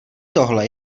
tohle